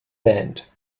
band